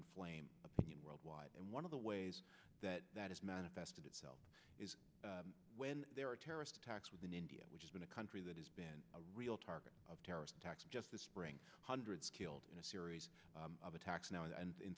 inflame opinion worldwide and one of the ways that that is manifested itself is when there are terrorist attacks within india which has been a country that has been a real target of terrorist attacks just this spring hundreds killed in a series of attacks now and in